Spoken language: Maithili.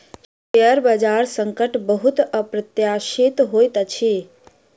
शेयर बजार संकट बहुत अप्रत्याशित होइत अछि